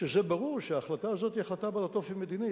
כשזה ברור שהחלטה הזאת היא החלטה בעלת אופי מדיני,